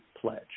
Pledge